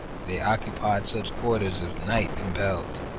they occupied such quarters as night compelled.